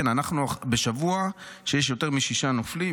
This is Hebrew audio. אנחנו בשבוע שיש יותר משישה נופלים,